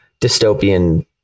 dystopian